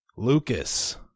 lucas